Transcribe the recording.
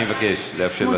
אני מבקש לאפשר לשרה.